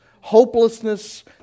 hopelessness